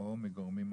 או מגורמים אחרים,